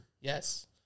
Yes